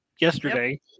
yesterday